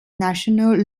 national